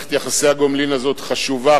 מערכת יחסי הגומלין הזאת חשובה,